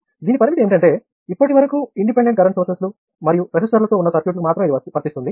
దీని పరిమితి ఏమిటంటే ఇప్పటి వరకు ఇండిపెండెంట్ కరెంట్ సోర్స్లు మరియు రెసిస్టర్ లతో ఉన్న సర్క్యూట్కు మాత్రమే ఇది వర్తిస్తుంది